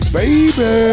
baby